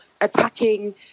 attacking